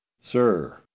Sir